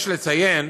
יש לציין